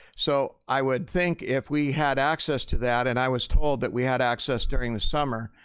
so i would think if we had access to that and i was told that we had access during the summer,